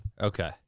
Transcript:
Okay